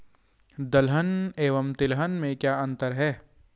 दलहन एवं तिलहन में क्या अंतर है?